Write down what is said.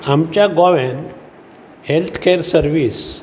आमच्या गोंव्यान health care service